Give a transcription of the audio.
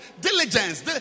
Diligence